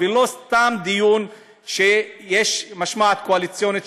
ולא סתם דיון שיש משמעת קואליציונית,